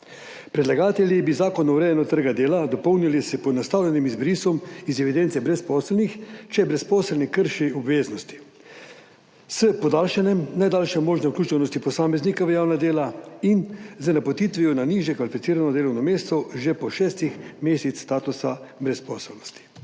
Predlagatelji bi Zakon o urejanju trga dela dopolnili s poenostavljenim izbrisom iz evidence brezposelnih, če brezposelni krši obveznosti, s podaljšanjem najdaljše možne vključenosti posameznika v javna dela in z napotitvijo na nižje kvalificirano delovno mesto že po šestih mesecih statusa brezposelnosti.